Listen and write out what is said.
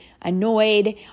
annoyed